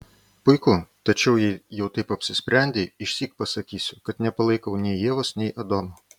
puiku tačiau jei jau taip apsisprendei išsyk pasakysiu kad nepalaikau nei ievos nei adomo